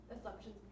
assumptions